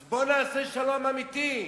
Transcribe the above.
אז בואו נעשה שלום אמיתי.